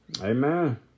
Amen